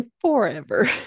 Forever